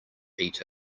eat